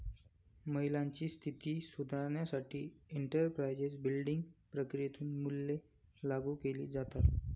महिलांची स्थिती सुधारण्यासाठी एंटरप्राइझ बिल्डिंग प्रक्रियेतून मूल्ये लागू केली जातात